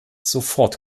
sofort